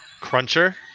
cruncher